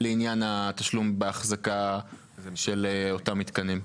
לעניין התשלום באחזקה של אותם מתקנים?